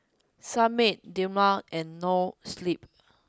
Sunmaid Dilmah and Noa Sleep